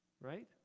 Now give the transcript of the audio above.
right